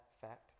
fact